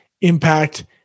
impact